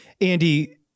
Andy